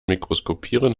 mikroskopieren